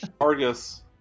Argus